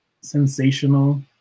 sensational